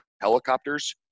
helicopters